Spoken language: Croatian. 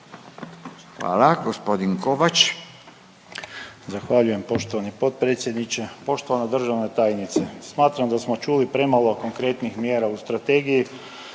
Hvala. Gospodin Kovač.